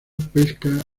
pesca